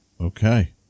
Okay